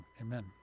Amen